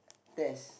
tests